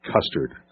Custard